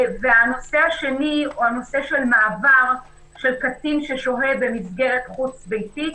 הנושא השני הוא הנושא של מעבר של קטין ששוהה במסגרת חוץ-ביתית